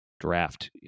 draft